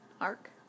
arc